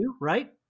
right